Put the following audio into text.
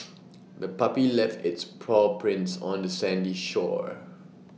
the puppy left its paw prints on the sandy shore